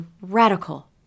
radical